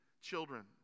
children